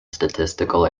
statistical